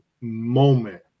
moment